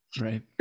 right